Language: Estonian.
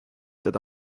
teda